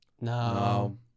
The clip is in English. No